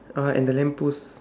uh and the lamp post